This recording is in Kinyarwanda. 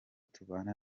tubana